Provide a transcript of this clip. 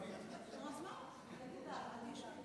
כבוד יושב-ראש הכנסת, כבוד השרים,